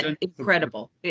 incredible